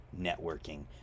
networking